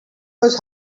was